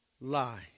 lie